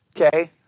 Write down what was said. Okay